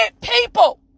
people